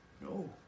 No